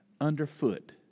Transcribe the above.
underfoot